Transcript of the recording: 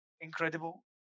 incredible